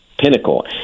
pinnacle